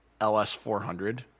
LS400